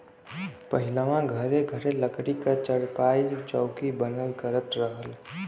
पहिलवां घरे घरे लकड़ी क चारपाई, चौकी बनल करत रहल